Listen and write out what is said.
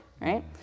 right